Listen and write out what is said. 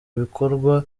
bikorwa